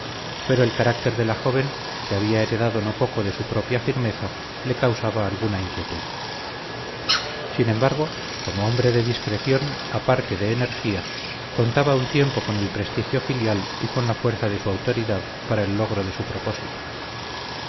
pero el carácter de la joven que había heredado no poco de su propia firmeza le causaba alguna inquietud sin embargo como hombre de discreción a par que de energía contaba a un tiempo con el prestigio filial y con la fuerza de su autoridad para el logro de su propósito